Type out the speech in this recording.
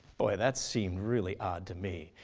boy, that seemed really odd to me.